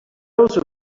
those